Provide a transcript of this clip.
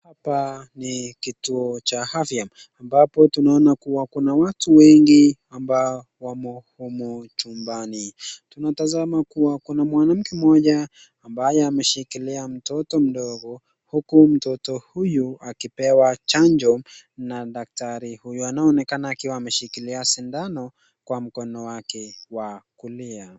Hapa ni kituo cha afya, ambapo tunaona kuwa kuna watu wengi ambao wamo humu chumbani. Tunatazama kuwa kuna mwanamke mmoja ambaye ameshikilia mtoto mdogo huku mtoto huyu akipewa chanjo na daktari. Huyu anaonekana akiwa ameshikilia sindano kwa mkono wake wa kulia.